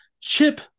chip